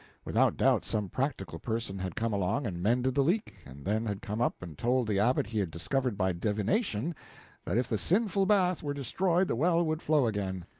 without doubt some practical person had come along and mended the leak, and then had come up and told the abbot he had discovered by divination that if the sinful bath were destroyed the well would flow again.